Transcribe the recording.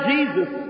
Jesus